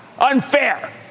unfair